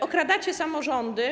Okradacie samorządy.